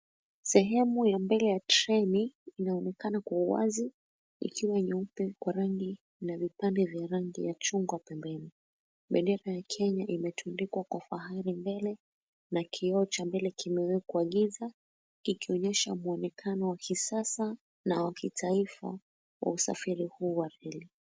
Sehemu ya mbele ya treni inaonekana kwa uwazi ikiwa nyeupe kwa rangi ya na vipande vya rangi ya chungwa pembeni. Mbendera ya kenya imetundikwa kwa fahari mbele na kioo cha mbele kimewekwa giza kikionyesha mwonekano wa kisasa na wakitaifa wa usafiri huu wa reli.